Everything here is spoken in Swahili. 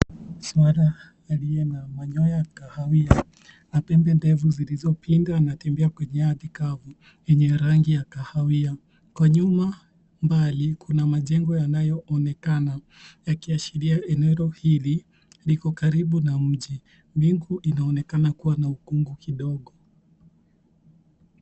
Swara aliye na manyoya ya kahawia na pembe ndefu zilizo pinda anatembea kwenye ardhi kavu yenye rangi ya kahawia. Kwa nyuma mbali kuna majengo yanayo onekana yakiashiria eneo hili liko karibu na mji. Mbingu inaonekana kuwa na ukungu kidogo.